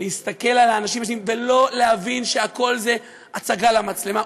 להסתכל על האנשים ולא להבין שהכול זה הצגה למצלמה,